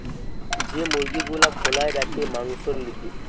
যে মুরগি গুলা খোলায় রাখে মাংসোর লিগে